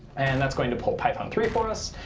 and that's going to pull python three for us.